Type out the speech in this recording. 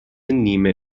نیمه